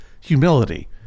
humility